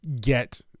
get